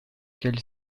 quelle